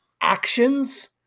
actions